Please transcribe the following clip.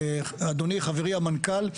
אדוני חברי המנכ"ל,